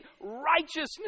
righteousness